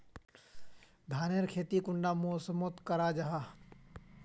धानेर खेती कुंडा मौसम मोत करा जा?